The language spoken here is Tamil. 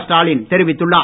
ஸ்டாலின் தெரிவித்துள்ளார்